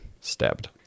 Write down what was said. stabbed